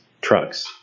trucks